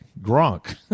Gronk